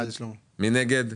מי נגד?